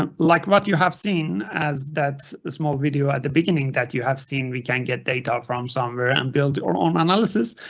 um like what you have seen as that small video at the beginning that you have seen, we can get data from somewhere and build your own analysis.